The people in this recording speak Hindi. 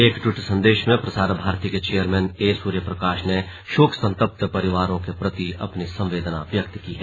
एक ट्वीट संदेश में प्रसार भारती के चेयरमैन ए सूर्यप्रकाश ने शोकसंतप्त परिवारों के प्रति अपनी संवेदना व्यक्त की है